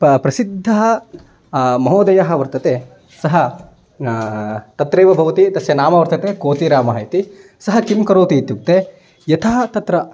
प प्रसिद्धः महोदयः वर्तते सः तत्रैव भवति तस्य नाम वर्तते कोतिरामः इति सः किं करोति इत्युक्ते यथा तत्र